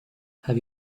have